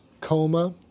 coma